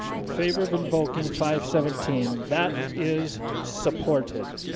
in favor of invoking five seventeen that is supported